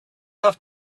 have